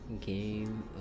Game